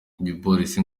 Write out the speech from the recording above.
igipolisi